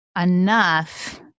enough